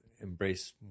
embrace